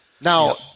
Now